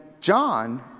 John